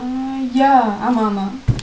mm ya ஆமா ஆமா:aamaa aamaa